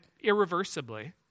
irreversibly